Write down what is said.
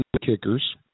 kickers